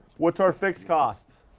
what's our fixed cost?